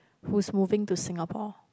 who's moving to Singapore